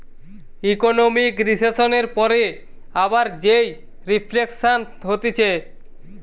economic রিসেসনের পরে আবার যেই রিফ্লেকশান হতিছে